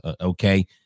okay